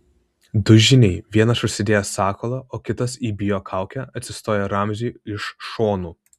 du žyniai vienas užsidėjęs sakalo o kitas ibio kaukę atsistojo ramziui iš šonų